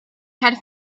had